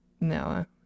No